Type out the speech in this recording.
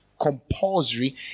compulsory